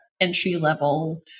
entry-level